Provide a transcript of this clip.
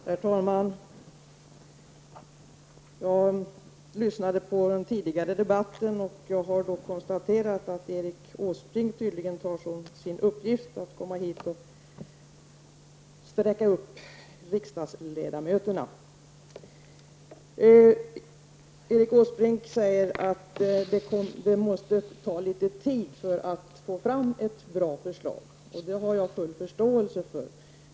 Herr talman! Jag lyssnade på den tidigare debatten, och jag konstaterade då att Erik Åsbrink tydligen tar som sin uppgift att komma hit och sträcka upp riksdagsledamöterna. Erik Åsbrink säger att det måste ta litet tid att få fram ett bra förslag. Och det har jag full förståelse för.